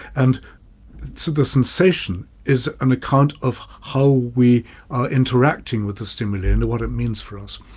and so the sensation is an account of how we are interacting with the stimuli, and what it means for us.